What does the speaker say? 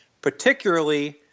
particularly